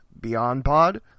BeyondPod